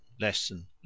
Lesson